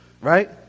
right